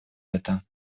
это